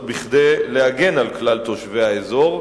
וזאת כדי להגן על כלל תושבי האזור,